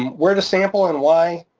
where to sample and why?